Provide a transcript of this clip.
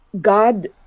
God